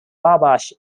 wabash